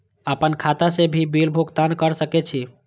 आपन खाता से भी बिल भुगतान कर सके छी?